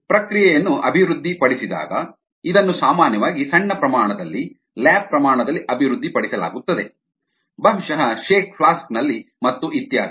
ಪ್ರಕ್ರಿಯೆಯನ್ನು ಅಭಿವೃದ್ಧಿಪಡಿಸಿದಾಗ ಇದನ್ನು ಸಾಮಾನ್ಯವಾಗಿ ಸಣ್ಣ ಪ್ರಮಾಣದಲ್ಲಿ ಲ್ಯಾಬ್ ಪ್ರಮಾಣದಲ್ಲಿ ಅಭಿವೃದ್ಧಿಪಡಿಸಲಾಗುತ್ತದೆ ಬಹುಶಃ ಶೇಕ್ ಫ್ಲಾಸ್ಕ್ನಲ್ಲಿ ಮತ್ತು ಇತ್ಯಾದಿ